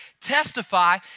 testify